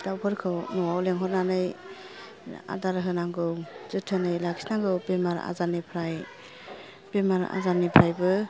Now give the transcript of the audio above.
दाउफोरखौ न'आव लेंहरनानै आदार होनांगौ जोथोनै लाखि नांगौ बेमार आजार निफ्राय बेमार आजार निफ्रायबो